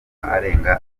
arenga